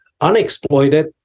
unexploited